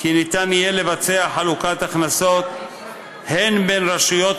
כי יהיה אפשר לעשות חלוקת הכנסות הן בין רשויות